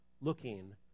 looking